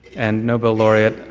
and nobel laureate,